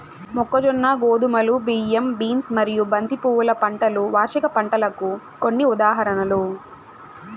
మొక్కజొన్న, గోధుమలు, బియ్యం, బీన్స్ మరియు బంతి పువ్వుల పంటలు వార్షిక పంటలకు కొన్ని ఉదాహరణలు